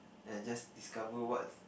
then I just discover what's